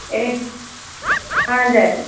ए हजुर